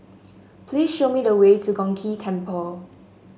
please show me the way to Chong Ghee Temple